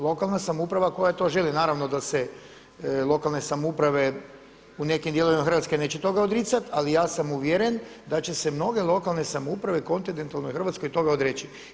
Lokalna samouprava koja to želi, naravno da se lokalne samouprave u nekim dijelovima Hrvatske neće toga odricati ali ja sam uvjeren da će se mnoge lokalne samouprave u kontinentalnoj Hrvatskoj odreći.